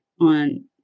on